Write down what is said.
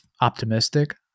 optimistic